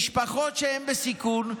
משפחות שהן בסיכון,